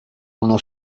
uno